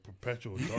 perpetual